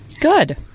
Good